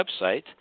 website